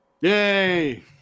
Yay